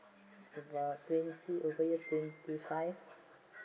is about twenty over years twenty five